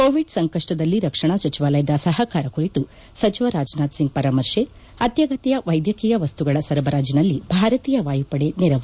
Covid ಸಂಕಷ್ಷದಲ್ಲಿ ರಕ್ಷಣಾ ಸಚಿವಾಲಯದ ಸಹಕಾರ ಕುರಿತು ಸಚಿವ ರಾಜನಾಥ್ ಸಿಂಗ್ ಪರಾಮರ್ಶೆ ಅತ್ಯಗತ್ಯ ವೈದ್ಯಕೀಯ ವಸ್ತುಗಳ ಸರಬರಾಜನಲ್ಲಿ ಭಾರತೀಯ ವಾಯುಪಡೆ ನೆರವು